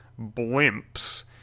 blimps